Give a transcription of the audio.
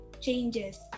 changes